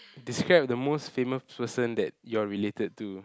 describe the most famous person that you are related to